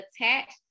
attached